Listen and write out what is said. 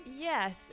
Yes